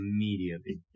immediately